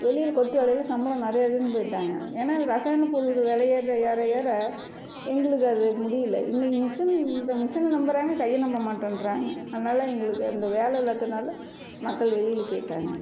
வெளியில கொத்து வேலையில் சம்பளம் நிறையாவேன்னு போயிவிட்டாங்க ஏன்னா ரசாயன பொருட்கள் வில ஏற ஏற ஏற எங்களுக்கு அது அது முடியிலை இன்னக்கு மிஷின் இந்த மிஷினை நம்புகிறாங்க கைய்யை நம்ப மாட்டன்றாங்க அதனால் எங்களுக்கு அந்த வேலை இல்லாத்துனால மக்கள் வெளியில போயிவிட்டாங்க